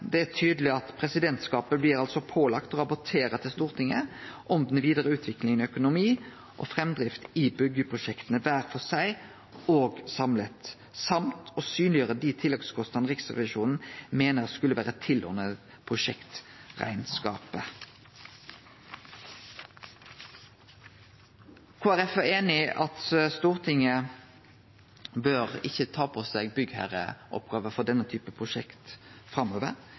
presidentskapet blir altså pålagt «å rapportere til Stortinget om den videre utvikling i økonomi og fremdrift i byggeprosjektene hver for seg og samlet, samt å synliggjøre de tilleggskostnadene Riksrevisjonen mener skulle vært tilordnet prosjektregnskapet». Kristeleg Folkeparti er einig i at Stortinget ikkje bør ta på seg byggherreoppgåver for denne typen prosjekt framover.